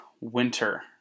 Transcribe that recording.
winter